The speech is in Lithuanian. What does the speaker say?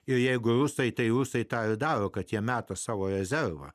ir jeigu rusai tai rusai tai daro kad jie meta savo rezervą